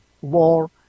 war